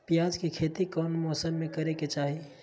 प्याज के खेती कौन मौसम में करे के चाही?